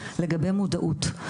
לגבי מודעות.